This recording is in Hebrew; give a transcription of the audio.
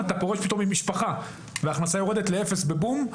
אתה פורש פתאום עם משפחה וההכנסה יורדת לאפס בבום.